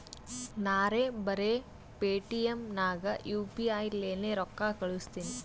ನಾರೇ ಬರೆ ಪೇಟಿಎಂ ನಾಗ್ ಯು ಪಿ ಐ ಲೇನೆ ರೊಕ್ಕಾ ಕಳುಸ್ತನಿ